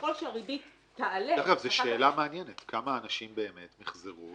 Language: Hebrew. ככל שהריבית תעלה --- זו שאלה מעניינת כמה אנשים באמת מיחזרו,